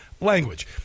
language